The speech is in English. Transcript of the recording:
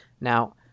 Now